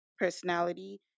personality